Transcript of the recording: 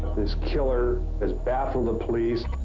this killer has baffled the police.